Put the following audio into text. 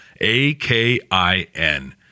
A-K-I-N